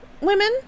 women